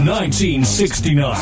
1969